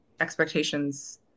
expectations